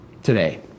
today